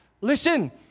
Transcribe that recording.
Listen